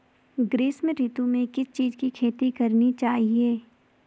ग्रीष्म ऋतु में किस चीज़ की खेती करनी चाहिये?